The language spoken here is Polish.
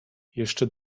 jeszcze